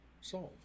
solve